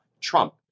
Trump